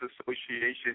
Association